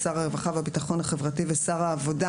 שר הרווחה והביטחון החברתי ושר העבודה"